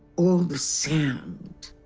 all the sound.